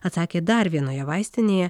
atsakė dar vienoje vaistinėje